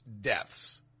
deaths